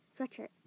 Sweatshirt